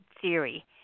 theory